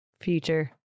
future